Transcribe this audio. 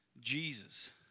Jesus